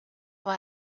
war